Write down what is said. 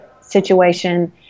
situation